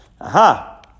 Aha